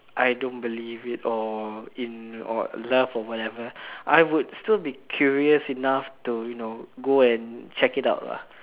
I don't believe it or in or love or whatever I would still be curious enough to you know go and check it out lah